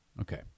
Okay